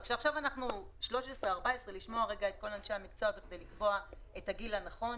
אלא שצריך לשמוע את כל אנשי המקצוע כדי לקבוע את הגיל הנכון,